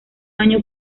año